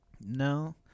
No